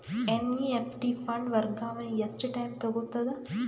NEFT fund ವರ್ಗಾವಣೆ ಎಷ್ಟ time ತೋಗೊತದ?